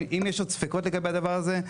אם יש עוד ספקות לגבי הדבר הזה,